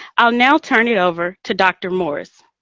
i'll now turn it over to dr. morris.